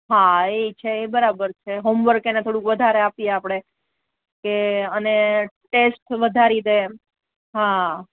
હા એ છે એ બરાબર છે હોમવર્ક એને થોડુંક વધારે આપીએ આપડે કે અને ટેસ્ટ વધારી દઈએ એમ હા